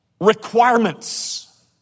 Requirements